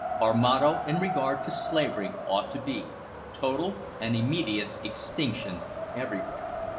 our motto in regard to slavery ought to be total and immediate extinction everywhere.